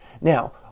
Now